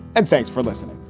and thanks for listening